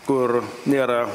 kur nėra